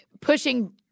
pushing